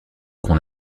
qu’on